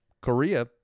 korea